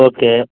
okay